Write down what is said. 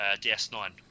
DS9